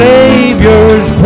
Savior's